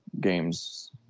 games